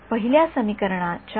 विद्यार्थीः डीसी ला D R ने